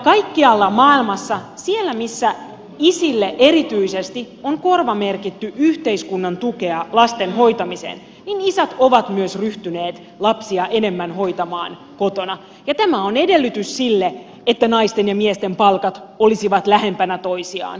kaikkialla maailmassa siellä missä isille erityisesti on korvamerkitty yhteiskunnan tukea lasten hoitamiseen isät ovat myös ryhtyneet lapsia enemmän hoitamaan kotona ja tämä on edellytys sille että naisten ja miesten palkat olisivat lähempänä toisiaan